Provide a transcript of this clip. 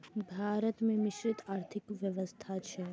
भारत मे मिश्रित आर्थिक व्यवस्था छै